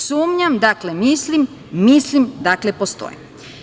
Sumnjam dakle mislim, dakle postojim.